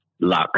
Luck